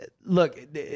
look